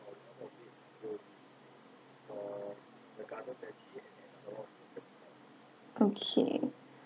okay